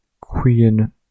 Queen